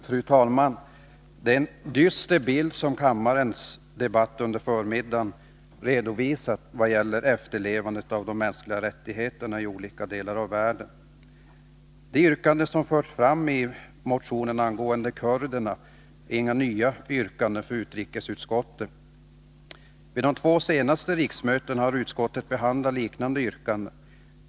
Fru talman! Det är en dyster bild som kammarens debatt under förmiddagen redovisar när det gäller efterlevnaden av de mänskliga rättigheterna i olika delar av världen. Det yrkande som förs fram i motionen angående kurderna är inte något nytt yrkande för utrikesutskottet. Under de två senaste riksmötena har utskottet behandlat liknande yrkanden.